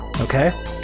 okay